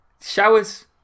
showers